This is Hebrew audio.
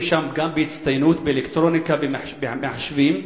באלקטרוניקה ובמחשבים בהצטיינות.